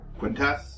Quintess